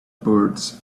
birds